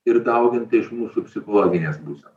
ir dauginta iš mūsų psichologinės būsenos